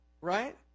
right